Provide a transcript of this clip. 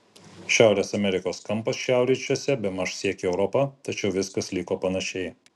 šiaurės amerikos kampas šiaurryčiuose bemaž siekė europą tačiau viskas liko panašiai